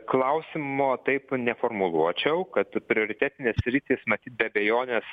klausimo taip neformuluočiau kad prioritetinės sritys matyt be abejonės